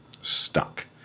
stuck